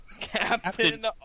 Captain